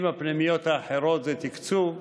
אם הפנימיות האחרות זה תקצוב,